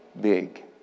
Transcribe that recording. big